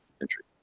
entry